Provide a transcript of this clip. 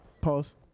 Pause